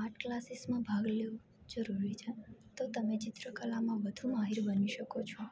art ક્લાસીસમાં ભાગ લેવો જરૂરી છે તો તમે ચિત્રકલામાં વધુ માહીર બની શકો છો